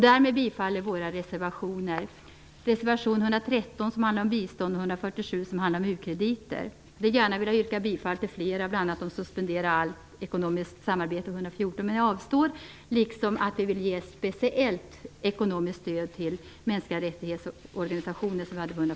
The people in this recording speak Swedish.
Därmed yrkar jag bifall till vår reservation 113 som handlar om bistånd, 147 som handlar om ukrediter. Jag skulle gärna vilja yrka bifall till flera, bl.a. 114 om att suspendera allt ekonomiskt samarbete men jag avstår, liksom jag avstår från att yrka bifall till vår reservation 146 om speciellt ekonomiskt stöd till mänskliga rättighetsorganisationer.